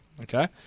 Okay